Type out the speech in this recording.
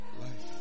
Life